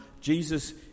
Jesus